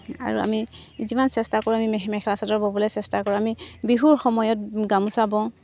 আৰু আমি যিমান চেষ্টা কৰোঁ আমি মেখেলা মেখেলা চাদৰ ব'বলৈ চেষ্টা কৰোঁ আমি বিহুৰ সময়ত গামোচা বওঁ